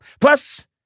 Plus